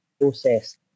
process